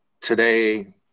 Today